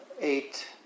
eight